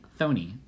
thony